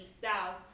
South